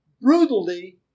brutally